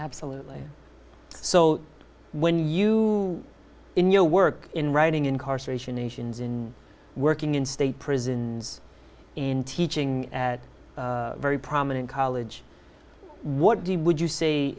absolutely so when you in your work in writing incarceration nations in working in state prisons in teaching at a very prominent college what do you would you say